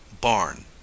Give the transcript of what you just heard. barn